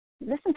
Listen